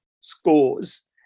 scores